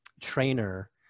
trainer